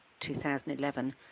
2011